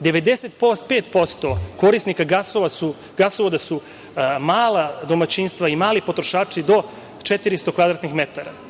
Dakle, 95% korisnika gasovoda su mala domaćinstva i mali potrošači do 400 kvadratnih metara.